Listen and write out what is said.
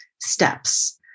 steps